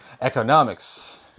economics